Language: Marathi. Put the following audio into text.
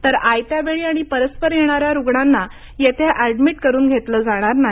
तर आयत्यावेळी आणि परस्पर येणाऱ्या रुग्णांना येथे ऍडमिट करून घेतले जाणार नाही